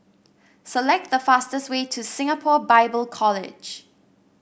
select the fastest way to Singapore Bible College